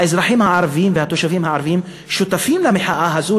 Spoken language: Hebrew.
האזרחים הערבים והתושבים הערבים שותפים למחאה הזאת,